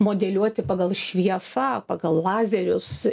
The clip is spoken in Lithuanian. modeliuoti pagal šviesą pagal lazerius